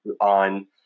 on